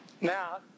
Now